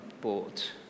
bought